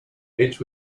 each